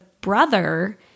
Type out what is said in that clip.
brother